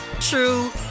true